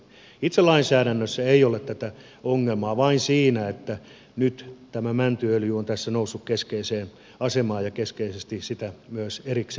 itse lainsäädännössä ei ole tätä ongelmaa vain siinä että nyt tämä mäntyöljy on tässä noussut keskeiseen asemaan ja keskeisesti sitä myös erikseen tarkastellaan